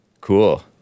Cool